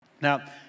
Now